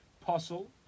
puzzle